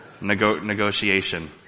negotiation